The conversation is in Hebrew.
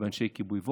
ואנשי כיבוי.